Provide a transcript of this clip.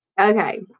Okay